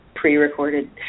pre-recorded